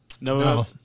no